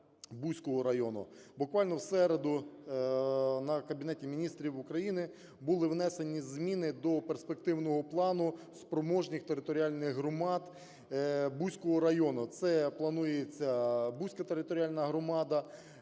Буквально в середу на Кабінет Міністрів України були внесені зміни до перспективного плану спроможних територіальних громад Буського району. Це планується Буська територіальна громада,